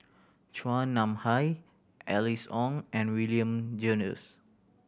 Chua Nam Hai Alice Ong and William Jervois